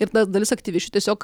ir ta dalis aktyvisčių tiesiog